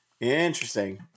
Interesting